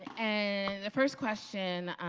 and the first question